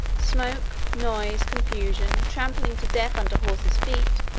smoke, noise, confusion, trampling to death under horses' feet,